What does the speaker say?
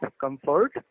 comfort